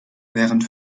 während